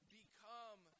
become